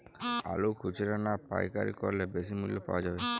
আলু খুচরা না পাইকারি করলে বেশি মূল্য পাওয়া যাবে?